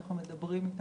אנחנו מדברים אתם,